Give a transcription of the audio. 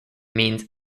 means